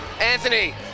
Anthony